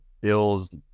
Bills